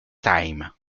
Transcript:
times